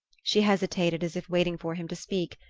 she hesitated, as if waiting for him to speak,